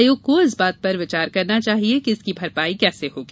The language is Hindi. आयोग को इस बात पर विचार करना चाहिये की इसकी भरपाई कैसे होगी